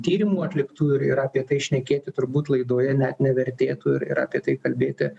tyrimų atliktų ir ir apie tai šnekėti turbūt laidoje net nevertėtų ir ir apie tai kalbėti